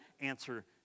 answer